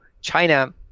China